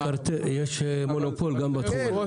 יש מונופול גם בתחום הזה.